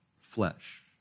flesh